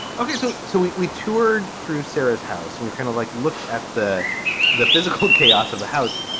ok. so so we we toured through sarah's house. we've kind of like looked at the the physical chaos of the house.